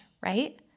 right